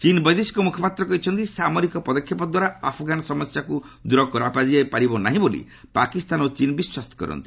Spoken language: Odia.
ଚୀନ୍ ବୈଦେଶିକ ମୁଖପାତ୍ର କହିଛନ୍ତି ସାମରିକ ପଦକ୍ଷେପଦ୍ୱାର ଆଫଗାନ ସମସ୍ୟାକୁ ଦୂର କରାଯାଇପାରିବ ନାହିଁ ବୋଲି ପାକିସ୍ତାନ ଓ ଚୀନ୍ ବିଶ୍ୱାସ କରନ୍ତି